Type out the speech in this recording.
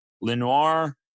Lenoir